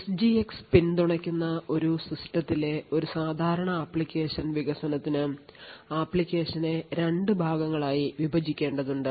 SGX പിന്തുണയ്ക്കുന്ന ഒരു സിസ്റ്റത്തിലെ ഒരു സാധാരണ ആപ്ലിക്കേഷൻ വികസനത്തിന് ആപ്ലിക്കേഷനെ രണ്ട് ഭാഗങ്ങളായി വിഭജിക്കേണ്ടതുണ്ട്